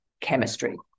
chemistry